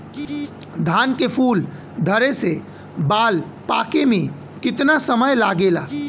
धान के फूल धरे से बाल पाके में कितना समय लागेला?